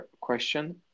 question